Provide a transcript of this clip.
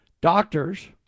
doctors